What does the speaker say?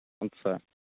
আচ্ছা